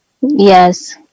Yes